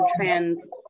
trans